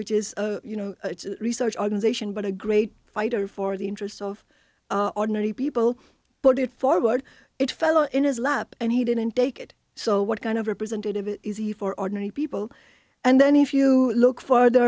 which is you know research organization but a great fighter for the interests of ordinary people put it forward it fell in his lap and he didn't take it so what kind of representative is he for ordinary people and then if you look farthe